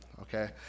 Okay